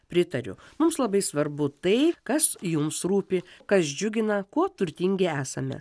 pritariu mums labai svarbu tai kas jums rūpi kas džiugina kuo turtingi esame